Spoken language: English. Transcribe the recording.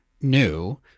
new